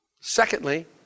Secondly